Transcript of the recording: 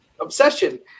obsession